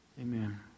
Amen